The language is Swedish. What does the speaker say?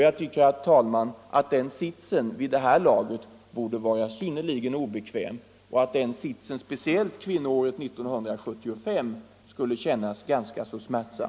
Jag tycker, herr talman, att den sitsen vid det här laget borde vara synnerligen obekväm och att den speciellt kvinnoåret 1975 känns ganska smärtsam.